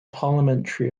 parliamentary